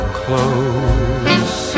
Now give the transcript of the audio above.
close